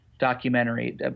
documentary